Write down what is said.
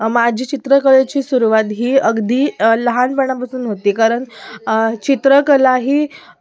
माझी चित्रकलेची सुरुवात ही अगदी लहानपणापासून होती कारण चित्रकला ही